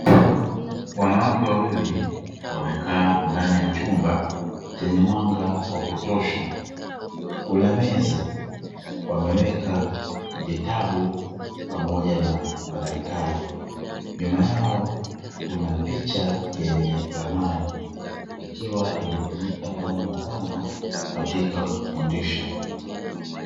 Wanawake wawili wamekaa ndani ya chumba chenye mwanga wa kutosha, kuna meza wameweka vitabu pamoja na madaftari. Nyuma yao kuna picha yenye ramani ikiwa inatumika kama zana katika kufundisha.